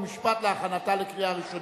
חוק ומשפט להכנתה לקריאה ראשונה.